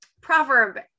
proverb